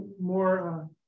more